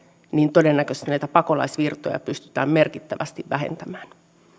todennäköisesti näitä pakolaisvirtoja pystytään merkittävästi vähentämään